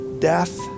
death